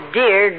dear